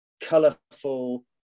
colourful